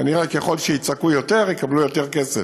כנראה, ככל שיצעקו יותר, יקבלו יותר כסף.